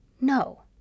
No